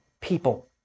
people